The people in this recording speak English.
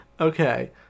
Okay